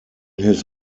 his